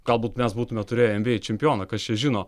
galbūt mes būtume turėję en bi ei čempioną kas čia žino